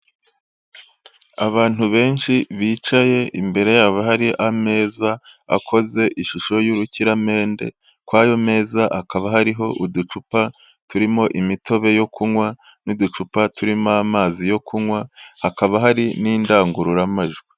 Abantu benshi bicaye imbere yaba hari ameza akoze ishusho y'urukiramende, kwayo meza hakaba hariho uducupa turimo imitobe yo kunywa n'uducupa turimo amazi yo kunywa hakaba hari n'indangururamajwi.